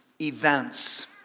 events